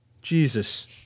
Jesus